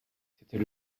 c’était